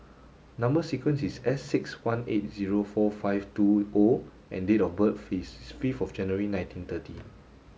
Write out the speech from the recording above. number sequence is S six one eight zero four five two O and date of birth is fifth of January nineteen thirty